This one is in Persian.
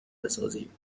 بسازیم